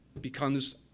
becomes